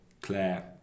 Claire